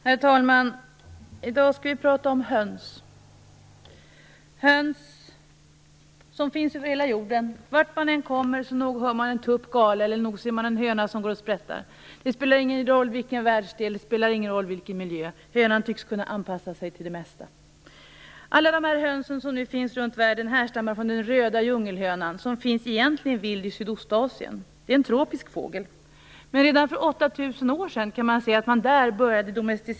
Herr talman! I dag skall vi prata om höns. Höns finns över hela jorden. Vart man än kommer så nog hör man en tupp gala eller nog ser man en höna som går och sprätter. Det spelar ingen roll vilket världsdel eller vilken miljö man befinner sig i, hönan tycks kunna anpassa sig till det mesta. Alla de höns som finns runt världen härstammar från den röda djungelhönan som finns vild i Sydostasien. Det är en tropisk fågel. Redan för 8 000 år sedan började man domesticera hönan där.